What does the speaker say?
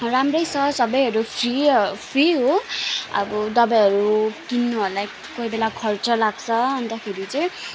राम्रै छ सबैहरू फ्री ह फ्री हो अब दबाईहरू किन्नुहरूलाई कोही बेला खर्च लाग्छ अन्तखेरि चाहिँ